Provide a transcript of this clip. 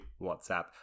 WhatsApp